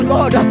Lord